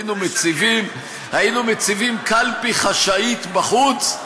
היינו מציבים קלפי חשאית בחוץ,